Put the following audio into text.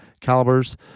calibers